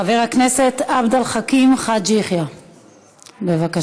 חבר הכנסת עבד אל חכים חאג' יחיא, בבקשה.